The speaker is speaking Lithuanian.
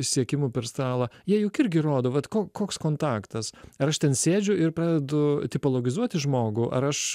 siekimu per stalą jie juk irgi rodo vat ko koks kontaktas ar aš ten sėdžiu ir pradedu tipologizuoti žmogų ar aš